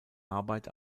arbeit